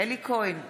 אלי כהן,